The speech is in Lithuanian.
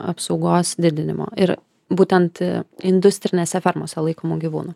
apsaugos didinimo ir būtent industrinėse fermose laikomų gyvūnų